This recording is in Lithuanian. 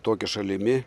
tokia šalimi